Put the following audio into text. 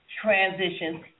transitions